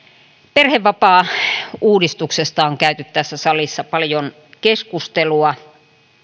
perhevapaauudistuksesta on käyty tässä salissa paljon keskustelua